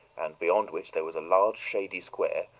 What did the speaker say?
and beyond which there was a large shady square,